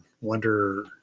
wonder